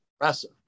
impressive